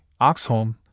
Oxholm